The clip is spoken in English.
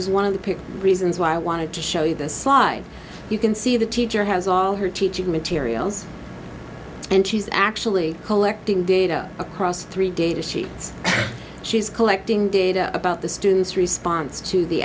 is one of the peer reasons why i wanted to show you this slide you can see the teacher has all her teaching materials and she's actually collecting data across three data sheets she's collecting data about the students response to the